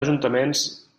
ajuntaments